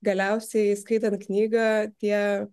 galiausiai skaitant knygą tie